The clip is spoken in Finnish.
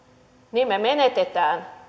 niin me menetämme